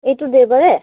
এইটো দেওবাৰে